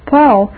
Paul